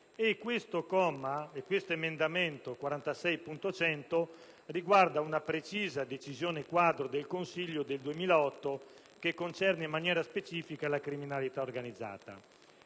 L'emendamento 46.100 riguarda una precisa decisione quadro del Consiglio del 2008 che concerne in maniera specifica la criminalità organizzata.